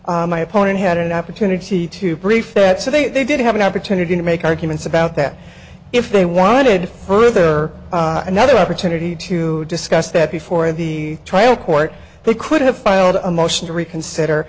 dismiss my opponent had an opportunity to brief that so they did have an opportunity to make arguments about that if they wanted further another opportunity to discuss that before the trial court they could have filed a motion to reconsider